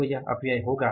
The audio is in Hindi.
तो यह अपव्यय होगा